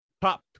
Pop